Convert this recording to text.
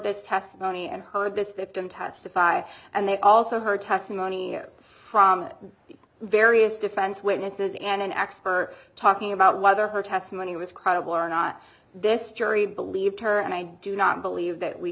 this testimony and heard this victim testify and they also heard testimony from various defense witnesses and an expert talking about whether her testimony was credible or not this jury believed her and i do not believe that we